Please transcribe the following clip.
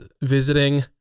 visiting